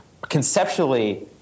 conceptually